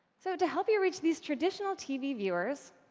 so, to help you reach these traditional tv viewers,